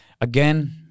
again